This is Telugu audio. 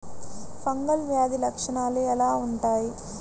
ఫంగల్ వ్యాధి లక్షనాలు ఎలా వుంటాయి?